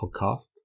Podcast